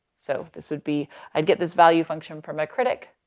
so this would be i get this value function for my critic.